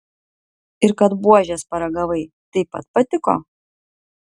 ir kad buožės paragavai taip pat patiko